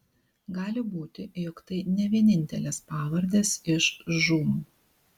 gali būti jog tai ne vienintelės pavardės iš žūm